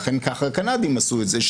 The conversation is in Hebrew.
לכן ככה הקנדים עשו את זה,